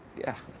yeah.